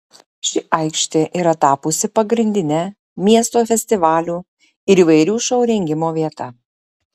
ši aikštė yra tapusi ir pagrindine miesto festivalių ir įvairių šou rengimo vieta